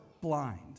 blind